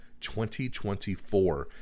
2024